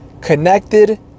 connected